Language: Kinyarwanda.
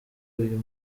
uyu